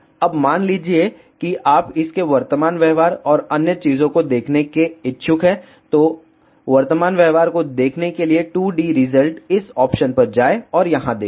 अब मान लीजिए कि आप इसके वर्तमान व्यवहार और अन्य चीजों को देखने के इच्छुक हैं तो वर्तमान व्यवहार को देखने के लिए 2 D रिजल्ट इस ऑप्शन पर जाएं और यहां देखें